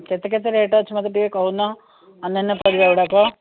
କେତେ କେତେ ରେଟ୍ ଅଛି ମୋତେ ଟିକେ କହୁନ ଅନ୍ୟାନ୍ୟ ପରିବା ଗୁଡ଼ାକ